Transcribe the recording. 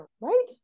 right